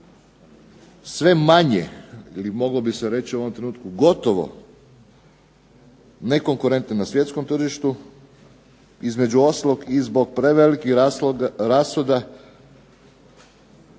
sve manje ili moglo bi se reći u ovom trenutku gotovo nekonkurentne na svjetskom tržištu, između ostalog i zbog prevelikih rashoda